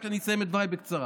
רק אני אסיים את דבריי בקצרה.